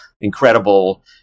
incredible